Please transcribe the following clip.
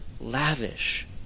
lavish